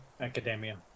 Academia